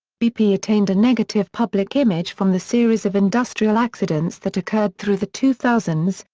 bp attained a negative public image from the series of industrial accidents that occurred through the two thousand s,